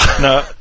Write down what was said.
No